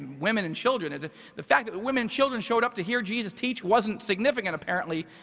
women and children. and the fact that the women children showed up to hear jesus teach wasn't significant apparently,